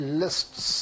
lists